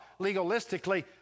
legalistically